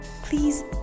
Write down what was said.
please